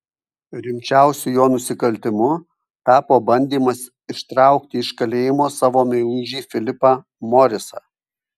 rimčiausiu jo nusikaltimu tapo bandymas ištraukti iš kalėjimo savo meilužį filipą morisą